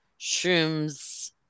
shrooms